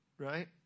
Right